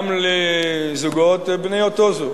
גם לזוגות בני אותו מין.